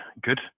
good